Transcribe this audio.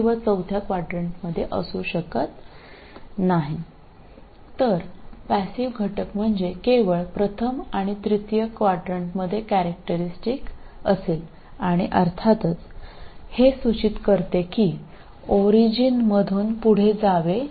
അതിനാൽ നിഷ്ക്രിയ മൂലകം അർത്ഥമാക്കുന്നത് ഒന്നാമത്തെയും മൂന്നാമത്തെയും ക്വാഡ്രാന്റുകളിലെ മാത്രം സ്വഭാവമാണ് തീർച്ചയായും ഇത് ഒറിജിനിലൂടെ കടന്നുപോകേണ്ടതുണ്ടെന്ന് ഇത് സൂചിപ്പിക്കുന്നു